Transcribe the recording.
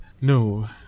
no